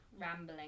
rambling